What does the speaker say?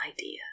idea